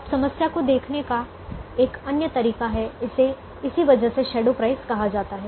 अब समस्या को देखने का एक अन्य तरीका है इसे इसी वजह से शैडो प्राइस कहा जाता है